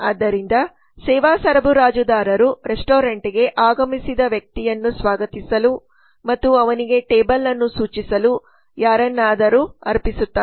ಆದ್ದರಿಂದ ಸೇವಾ ಸರಬರಾಜುದಾರರು ರೆಸ್ಟೋರೆಂಟ್ಗೆ ಆಗಮಿಸಿದ ವ್ಯಕ್ತಿಯನ್ನು ಸ್ವಾಗತಿಸಲು ಮತ್ತು ಅವನಿಗೆ ಟೇಬಲ್ ಅನ್ನು ಸೂಚಿಸಲು ಯಾರನ್ನಾದರೂ ಅರ್ಪಿಸುತ್ತಾರೆ